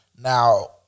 Now